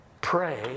pray